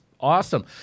awesome